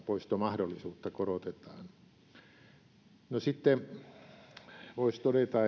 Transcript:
poistomahdollisuutta korotetaan sitten voisi todeta